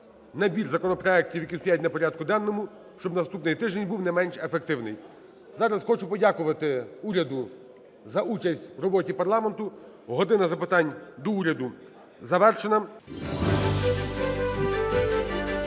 найбільш законопроектів, які стоять на порядку денному. Щоб наступний тиждень був не менш ефективний. Зараз хочу подякувати уряду за участь в роботі парламенту, "година запитань до Уряду" завершена.